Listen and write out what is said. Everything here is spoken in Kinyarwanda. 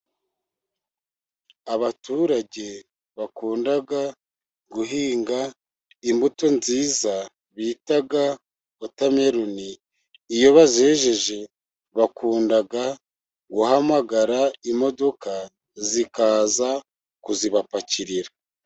Abaturage bakunda guhinga imbuto nziza bita wotameroni, iyo bazejeje bakunda guhamagara imodoka zikaza kuzibapakirira.